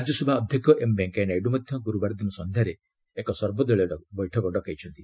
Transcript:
ରାଜ୍ୟସଭା ଅଧ୍ୟକ୍ଷ ଏମ୍ ଭେଙ୍କୟା ନାଇଡ଼ୁ ମଧ୍ୟ ଗୁରୁବାର ଦିନ ସନ୍ଧ୍ୟାରେ ଏକ ସର୍ବଦଳୀୟ ବୈଠକ ଡକାଇଛନ୍ତି